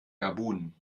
gabun